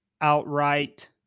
outright